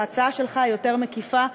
ההצעה שלך יותר מקיפה,